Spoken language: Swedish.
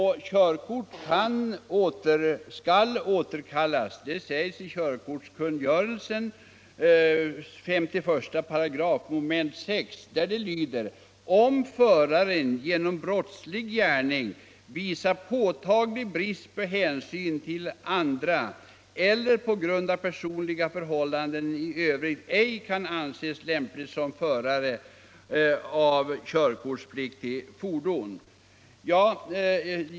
I körkortskungörelsens 51 § 6 mom. står att körkort skall indragas "om LL körkortshavaren genom brottslig gärning visat påtaglig brist på hänsyn Om planerna på ett till andra eller på grund av personliga förhållanden i övrigt ej kan anses = nytt polishus i lämplig som förare av körkortspliktigt fordon”.